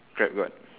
crab what